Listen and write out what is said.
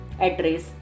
address